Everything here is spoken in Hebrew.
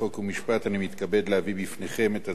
אני מתכבד להביא בפניכם את הצעת חוק